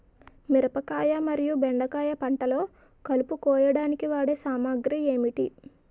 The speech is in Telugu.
మిరపకాయ మరియు బెండకాయ పంటలో కలుపు కోయడానికి వాడే సామాగ్రి ఏమిటి?